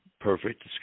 perfect